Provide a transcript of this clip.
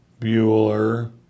Bueller